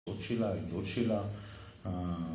עוד שאלה, עוד שאלה